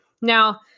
Now